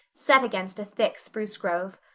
set against a thick spruce grove.